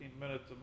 Minutes